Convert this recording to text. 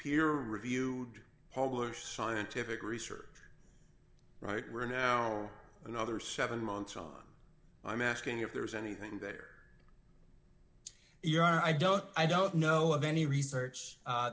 peer reviewed published scientific research right we're now another seven months on i'm asking if there's anything that you are i don't i don't know of any research